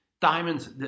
Diamonds